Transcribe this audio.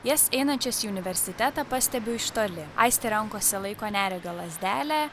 jas einančias į universitetą pastebiu iš toli aistė rankose laiko neregio lazdelę